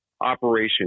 operation